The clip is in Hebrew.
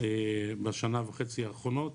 בשנה וחצי האחרונות.